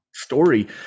story